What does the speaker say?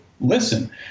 listen